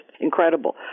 incredible